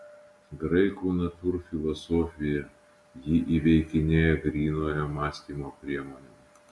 graikų natūrfilosofija jį įveikinėja grynojo mąstymo priemonėm